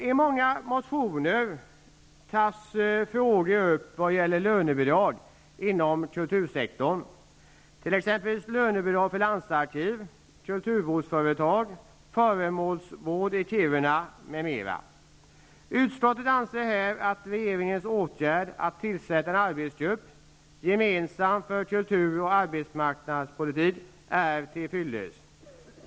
I många motioner behandlas frågan om lönebidrag inom kultursektorn, t.ex. för landsarkiv, kulturvårdsföretag, Stiftelsen Föremålsvård i Kiruna m.m. Utskottet anser att regeringens åtgärd att tillsätta en arbetsgrupp, gemensam för kulturoch arbetsmarknadspolitik, är till fyllest.